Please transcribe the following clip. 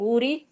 Uri